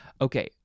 okay